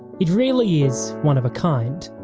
it really is one of a kind.